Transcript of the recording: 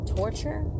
torture